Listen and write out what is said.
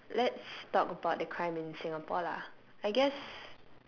let's talk about the crime in singapore lah I guess